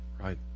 Right